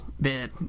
bit